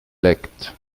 lect